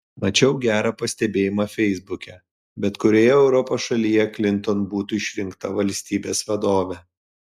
mačiau gerą pastebėjimą feisbuke bet kurioje europos šalyje klinton būtų išrinkta valstybės vadove